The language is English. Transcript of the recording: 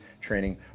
training